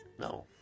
No